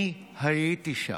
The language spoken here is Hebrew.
אני הייתי שם,